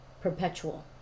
perpetual